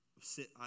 sit